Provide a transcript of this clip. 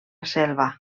selva